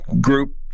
group